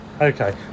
Okay